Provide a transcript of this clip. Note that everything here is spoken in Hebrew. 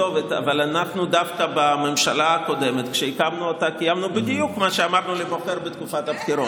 הקשר הוא שאתה לימדת את האזרחים שאפשר לבגוד